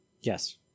Yes